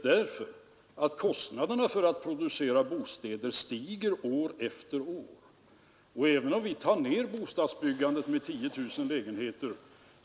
Det är vad som har skett under det sista kvartalet i fjol och fortfarande sker — men inte dessförinnan.